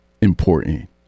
important